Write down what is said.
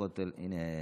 הכותל, הינה,